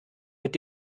mit